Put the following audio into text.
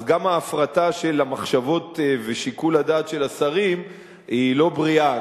אז גם ההפרטה של המחשבות ושיקול הדעת של השרים היא לא בריאה.